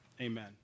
amen